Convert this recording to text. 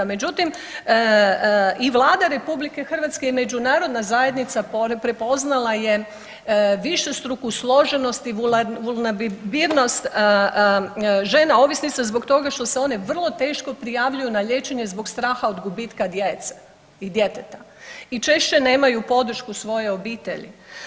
Međutim, i Vlada RH i međunarodna zajednica prepoznala je višestruku složenost i vulnerabilnost žena ovisnica zbog toga što se one vrlo teško prijavljuju na liječenje zbog straha od gubitka djece i djeteta i češće nemaju podršku svoje obitelji.